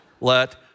let